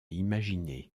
imaginer